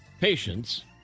patients